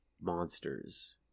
monsters